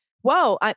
whoa